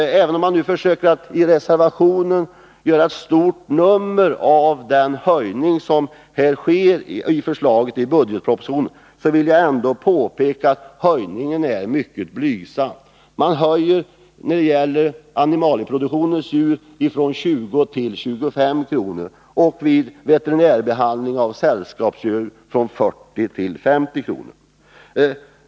Även om man nu i reservationen försöker att göra ett stort nummer av den höjning som har föreslagits i budgetpropositionen, vill jag påpeka att höjningen är mycket blygsam. Avgiften höjs från 20 till 25 kr. när det gäller anlitandet av veterinär inom animalieproduktionen, och från 40 till 50 kr. när det gäller sällskapsdjur.